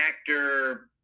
actor